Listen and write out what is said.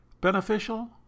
Beneficial